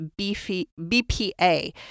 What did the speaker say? BPA